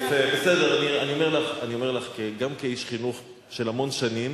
אני אומר לך גם כאיש חינוך של המון שנים